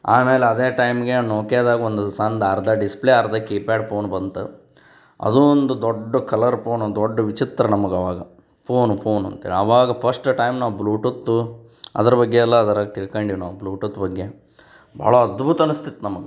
ಆಮೇಲೆ ಅದೇ ಟೈಮ್ಗೆ ನೋಕಿಯಾದಾಗ ಒಂದು ಸಣ್ದ್ ಅರ್ಧ ಡಿಸ್ಪ್ಲೇ ಅರ್ಧ ಕೀಪ್ಯಾಡ್ ಪೋನ್ ಬಂತು ಅದು ಒಂದು ದೊಡ್ಡ ಕಲರ್ ಪೋನು ದೊಡ್ಡ ವಿಚಿತ್ರ ನಮ್ಗೆ ಅವಾಗ ಫೋನು ಫೋನು ಅಂತೇಳಿ ಅವಾಗ ಪಶ್ಟ್ ಟೈಮ್ ನಾವು ಬ್ಲೂಟೂತ್ತು ಅದ್ರ ಬಗ್ಗೆ ಎಲ್ಲ ಅದ್ರಾಗ ತಿಳ್ಕೊಂಡ್ವಿ ನಾವು ಬ್ಲೂಟೂತ್ ಬಗ್ಗೆ ಬಹಳ ಅದ್ಭುತ ಅನಸ್ತಿತ್ತು ನಮಗೆ